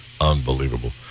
Unbelievable